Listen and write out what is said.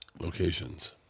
Locations